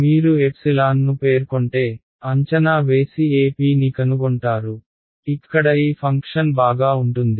మీరు ఎప్సిలాన్ను పేర్కొంటే అంచనా వేసి a p ని కనుగొంటారు ఇక్కడ ఈ ఫంక్షన్ బాగా ఉంటుంది